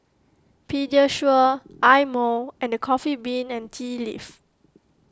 Pediasure Eye Mo and the Coffee Bean and Tea Leaf